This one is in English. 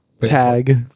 Tag